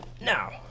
Now